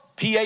PA